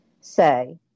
say